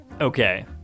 Okay